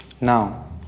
Now